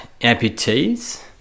amputees